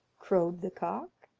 crowed the cock.